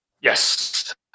Yes